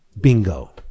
Bingo